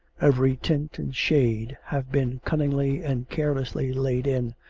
every tint and shade have been cunningly and caressingly laid in,